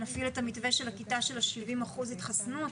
נפעיל את המתווה של הכיתה של ה-70 אחוזים התחסנות,